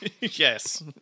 Yes